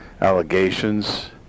allegations